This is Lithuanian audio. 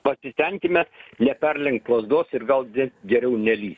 pasistenkime neperlenkt lazdos ir gal net geriau nelįst